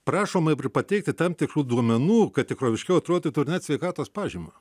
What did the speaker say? prašomi pateikti tam tikrų duomenų kad tikroviškiau atrodytų ir net sveikatos pažymą